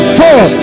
four